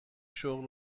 شغل